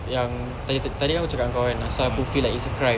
yang tadi kan aku cakap dengan kau kan pasal aku feel like it's a crime